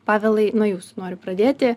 pavelai nuo jūsų noriu pradėti